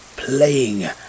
Playing